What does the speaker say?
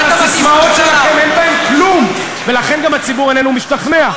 אבל הססמאות שלכם אין בהן כלום ולכן גם הציבור איננו משתכנע,